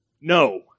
no